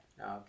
Okay